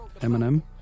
Eminem